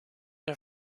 een